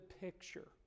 picture